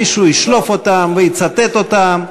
מישהו ישלוף אותם ויצטט אותם.